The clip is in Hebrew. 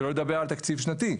שלא לדבר על תקציב שנתי,